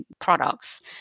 products